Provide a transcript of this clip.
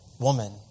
woman